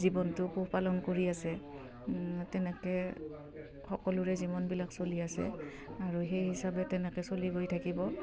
জীৱনটো পোহপালন কৰি আছে তেনেকে সকলোৰে জীৱনবিলাক চলি আছে আৰু সেই হিচাপে তেনেকে চলি গৈ থাকিব